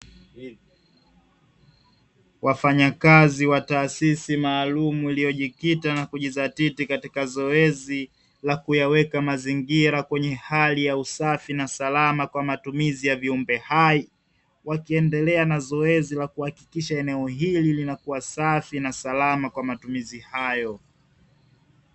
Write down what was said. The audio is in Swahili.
Wafanyakazi wa taasisi maalumu, iliyojikita na kujizatiti katika zoezi la kuyaweka mazingira kwenye hali ya usafi na salama kwa matumizi ya viumbe hai wakiendelea na zoezi la kuhakikisha eneo hili linakuwa safi na salama kwa matumizi hayo.